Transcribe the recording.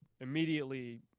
immediately